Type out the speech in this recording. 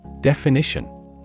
Definition